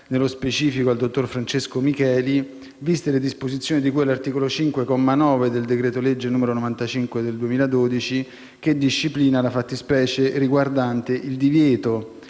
nello specifico al dottor Francesco Micheli, viste le disposizioni di cui all'articolo 5, comma 9, del decreto-legge n. 95 del 2012, che disciplina la fattispecie riguardante il divieto,